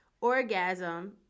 orgasm